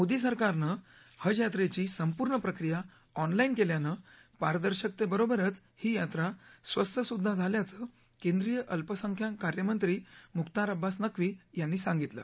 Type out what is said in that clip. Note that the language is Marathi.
मोदी सरकारनं हज यात्रेची संपूर्ण प्रक्रिया ऑनलाईन केल्यानं पारदर्शकतेबरोबरच ही यात्रा स्वस्तसुद्धा झाल्याचं केंद्रीय अल्पसंख्याक कार्यमंत्री मुख्तार अब्बास नक्वी यांनी सांगितलं